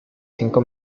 cinco